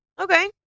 Okay